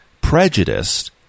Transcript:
prejudiced